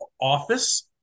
office